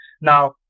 Now